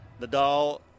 Nadal